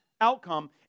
outcome